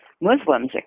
Muslims